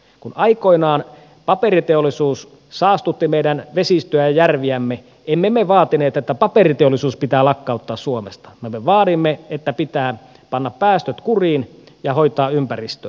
kun aikoinaan paperiteollisuus saastutti meidän vesistöjämme ja järviämme emme me vaatineet että paperiteollisuus pitää lakkauttaa suomesta vaan me vaadimme että pitää panna päästöt kuriin ja hoitaa ympäristöä